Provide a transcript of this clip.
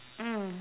mm